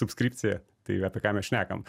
subskripcija tai apie ką mes šnekam